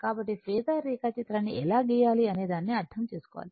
కాబట్టి ఫేసర్ రేఖాచిత్రాన్ని ఎలా గీయాలి అనేదానిని అర్థం చేసుకోవాలి